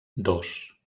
dos